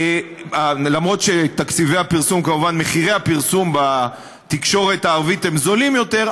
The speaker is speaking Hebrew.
אומנם מחירי הפרסום בתקשורת הערבית נמוכים יותר,